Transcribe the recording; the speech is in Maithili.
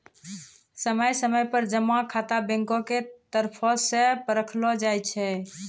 समय समय पर जमा खाता बैंको के तरफो से परखलो जाय छै